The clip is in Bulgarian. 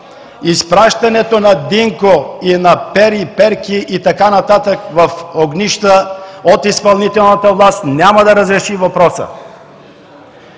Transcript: Изпращането на Динко и на Пери, перки и така нататък в огнища от изпълнителната власт, няма да разреши въпроса.